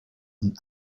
and